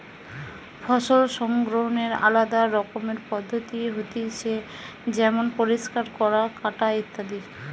ফসল সংগ্রহনের আলদা রকমের পদ্ধতি হতিছে যেমন পরিষ্কার করা, কাটা ইত্যাদি